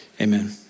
amen